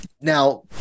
Now